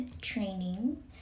training